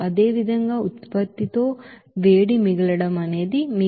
అదేవిధంగా ఉత్పత్తితో వేడి మిగలడం అనేది మీకు 0